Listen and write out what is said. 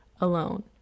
alone